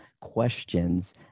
questions